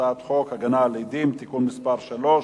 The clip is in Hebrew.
הצעת חוק הגנה על עדים (תיקון מס' 3)